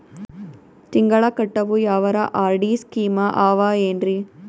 ತಿಂಗಳ ಕಟ್ಟವು ಯಾವರ ಆರ್.ಡಿ ಸ್ಕೀಮ ಆವ ಏನ್ರಿ?